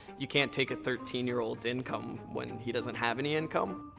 you can't take a thirteen year old's income, when he doesn't have any income.